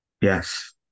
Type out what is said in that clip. yes